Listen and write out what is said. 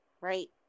right